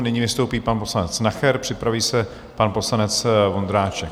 Nyní vystoupí pan poslanec Nacher, připraví se pan poslanec Vondráček.